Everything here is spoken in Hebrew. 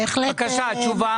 בבקשה, תשובה.